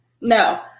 no